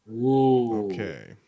Okay